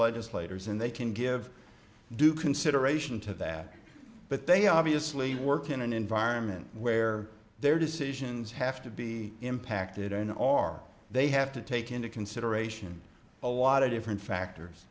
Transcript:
legislators and they can give due consideration to that but they obviously work in an environment where their decisions have to be impacted in or are they have to take into consideration a lot of different factors